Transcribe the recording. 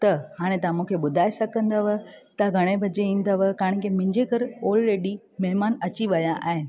त हाणे तव्हां मूंखे ॿुधाए सघंदव तव्हां घणे बजे ईंदव छाकाणि की मुंहिंजे घरु ऑलरेडी महिमान अची विया आहिनि